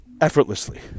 effortlessly